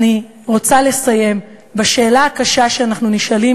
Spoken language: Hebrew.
אני רוצה לסיים בשאלה הקשה שאנחנו נשאלים